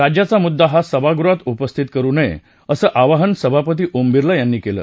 राज्याचा मुद्दा या सभागृहात उपस्थित करु नये असं आवाहन सभापती ओम बिर्ला यांनी केलं